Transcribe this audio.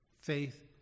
Faith